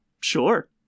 Sure